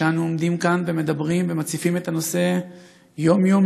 שאנו עומדים כאן ומדברים ומציפים את הנושא יום-יום,